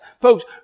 Folks